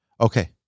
Okay